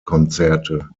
konzerte